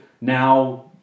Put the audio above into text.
now